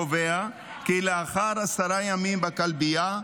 קובע כי לאחר עשרה ימים בכלבייה,